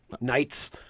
Knights